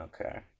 Okay